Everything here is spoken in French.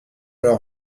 leur